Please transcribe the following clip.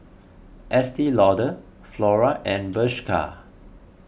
Estee Lauder Flora and Bershka